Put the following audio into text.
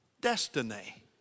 destiny